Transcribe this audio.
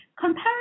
compare